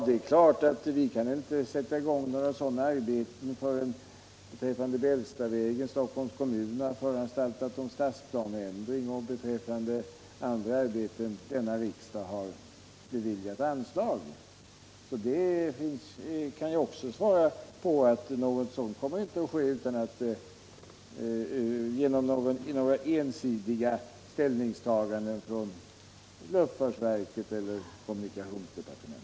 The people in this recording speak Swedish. Det är klart att vi inte kan sätta i gång några arbeten beträffande Bällstavägen förrän Stockholms kommun har föranstaltat om stadsplaneändring och att vi vad beträffar andra arbeten inte kan göra någonting förrän riksdagen har beviljat anslag. Också på den frågan kan jag alltså svara att något sådant kommer inte att ske genom ensidiga ställningstaganden från luftfartsverket eller kommunikationsdepartementet.